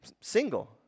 single